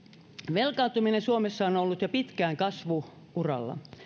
velkaantuminen suomessa on on ollut jo pitkään kasvu uralla